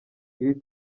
iri